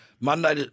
Monday